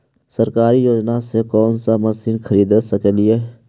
सरकारी योजना से कोन सा मशीन खरीद सकेली?